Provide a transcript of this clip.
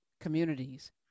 communities